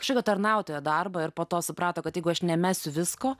kažkokio tarnautojo darbą ir po to suprato kad jeigu aš nemesiu visko